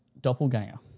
doppelganger